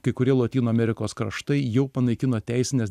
kai kurie lotynų amerikos kraštai jau panaikino teisinės